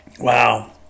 Wow